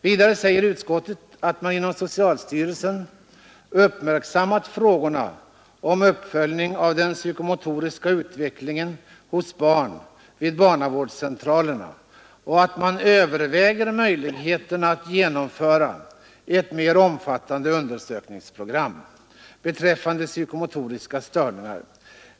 Vidare säger utskottet att man ”inom socialstyrelsen uppmärksammat frågorna om uppföljning av den psykomotoriska utvecklingen hos barn vid barnavårdscentralerna” och att man överväger möjligheterna att genomföra ett mer omfattande undersökningsprogram beträffande psykomotoriska störningar.